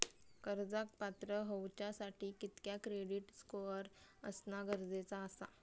कर्जाक पात्र होवच्यासाठी कितक्या क्रेडिट स्कोअर असणा गरजेचा आसा?